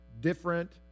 different